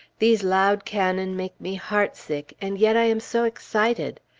these loud cannon make me heartsick, and yet i am so excited!